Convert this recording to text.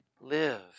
live